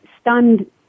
stunned